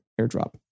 airdrop